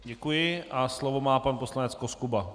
Děkuji a slovo má pan poslanec Koskuba.